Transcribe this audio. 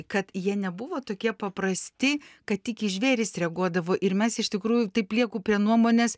kad jie nebuvo tokie paprasti kad tik į žvėris reaguodavo ir mes iš tikrųjų taip lieku prie nuomonės